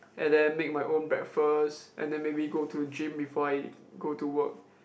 and then make my own breakfast and then maybe go to gym before I go to work